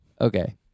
Okay